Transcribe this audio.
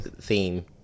theme